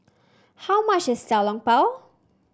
how much is Xiao Long Bao